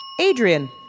Adrian